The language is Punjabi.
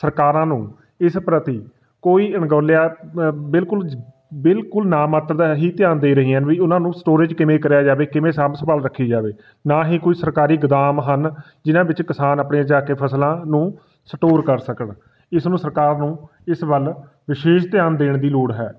ਸਰਕਾਰਾਂ ਨੂੰ ਇਸ ਪ੍ਰਤੀ ਕੋਈ ਅਣਗੋਲਿਆ ਬਿਲਕੁਲ ਜ ਬਿਲਕੁਲ ਨਾਮਾਤਰ ਦਾ ਹੀ ਧਿਆਨ ਦੇ ਰਹੀਆਂ ਹਨ ਵੀ ਉਹਨਾਂ ਨੂੰ ਸਟੋਰੇਜ ਕਿਵੇਂ ਕਰਿਆ ਜਾਵੇ ਕਿਵੇਂ ਸਾਂਭ ਸੰਭਾਲ ਰੱਖੀ ਜਾਵੇ ਨਾ ਹੀ ਕੋਈ ਸਰਕਾਰੀ ਗੋਦਾਮ ਹਨ ਜਿਨ੍ਹਾਂ ਵਿੱਚ ਕਿਸਾਨ ਆਪਣੀਆਂ ਜਾ ਕੇ ਫਸਲਾਂ ਨੂੰ ਸਟੋਰ ਕਰ ਸਕਣ ਇਸ ਨੂੰ ਸਰਕਾਰ ਨੂੰ ਇਸ ਵੱਲ ਵਿਸ਼ੇਸ਼ ਧਿਆਨ ਦੇਣ ਦੀ ਲੋੜ ਹੈ